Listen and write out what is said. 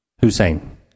Hussein